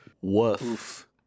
Woof